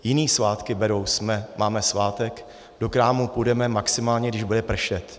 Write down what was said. Jiné svátky berou máme svátek, do krámu půjdeme, maximálně když bude pršet.